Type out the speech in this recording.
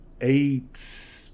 eight